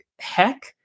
heck